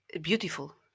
Beautiful